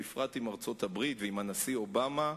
בפרט עם ארצות-הברית ועם הנשיא אובמה,